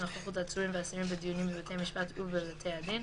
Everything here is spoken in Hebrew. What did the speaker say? (נוכחות עצורים ואסירים בדיונים בבתי המשפט ובתי הדין),